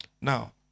Now